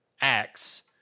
acts